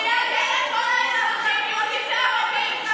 שיגן על כל האזרחים, יהודים וערבים.